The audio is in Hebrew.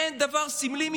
אין דבר סמלי מזה.